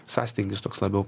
sąstingis toks labiau